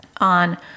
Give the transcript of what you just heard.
on